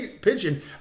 pigeon